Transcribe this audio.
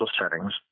settings